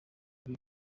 ibi